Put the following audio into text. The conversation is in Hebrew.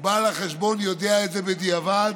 ובעל החשבון יודע את זה בדיעבד,